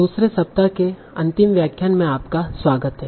दूसरे सप्ताह के अंतिम व्याख्यान में आपका स्वागत है